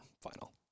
final